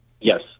Yes